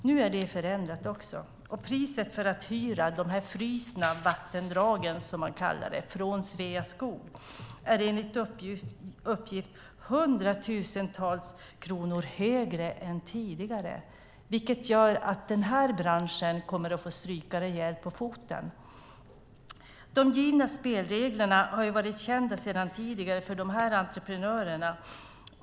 Nu är det förändrat också, och priset för att hyra de frusna vattendragen från Sveaskog är enligt uppgift hundratusentals kronor högre än tidigare, vilket gör att den här branschen kommer att få stryka rejält på foten. De givna spelreglerna har varit kända sedan tidigare för de här entreprenörerna.